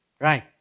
Right